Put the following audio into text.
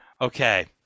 Okay